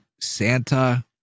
Santa